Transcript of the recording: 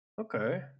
Okay